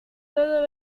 todo